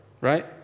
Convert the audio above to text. right